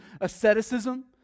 asceticism